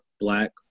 black